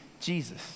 Jesus